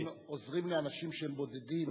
גם עוזרים לאנשים שהם בודדים.